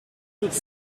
toute